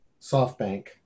SoftBank